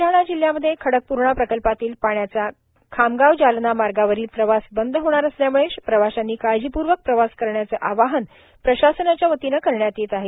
ब्लडाणा जिल्ह्यामध्ये खडकप्र्णा प्रकल्पातील पाण्याचा खामगाव जालना मार्गावरील प्रवास बंद होणार असल्यामुळे प्रवाशांनी काळजी पूर्वक प्रवास करण्याचे आवाहन प्रशासनाच्या वतीन करण्यात येत आहे